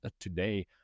today